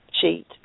sheet